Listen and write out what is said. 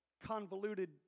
convoluted